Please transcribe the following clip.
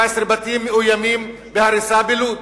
17 בתים מאוימים בהריסה בלוד,